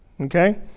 Okay